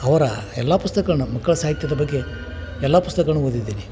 ಅವರ ಎಲ್ಲ ಪುಸ್ತಕಗಳ್ನ ಮಕ್ಕಳ ಸಾಹಿತ್ಯದ ಬಗ್ಗೆ ಎಲ್ಲ ಪುಸ್ತಕ್ಗಳನ್ನು ಓದಿದ್ದೀನಿ